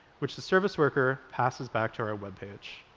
which the service worker passes back to our web page.